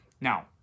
Now